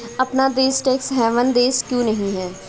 अपना देश tax haven देश क्यों नहीं है?